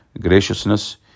graciousness